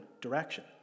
direction